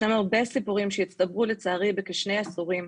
יש לנו הרבה סיפורים שהצטברו בכשני עשורים,